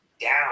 down